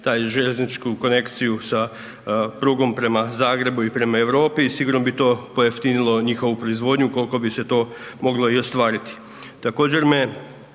tu željezničku konekciju sa prugom prema Zagrebu i prema Europi i sigurno bi to pojeftinilo njihovu proizvodnju ukoliko bi se to moglo i ostvariti. Također me